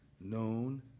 known